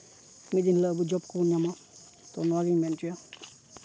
ᱢᱤᱫ ᱫᱤᱱ ᱦᱤᱞᱚᱜ ᱟᱵᱚ ᱡᱚᱵᱽ ᱠᱚᱵᱚᱱ ᱧᱟᱢᱼᱟ ᱛᱚ ᱱᱚᱣᱟ ᱜᱤᱧ ᱢᱮᱱ ᱦᱚᱪᱚᱭᱟ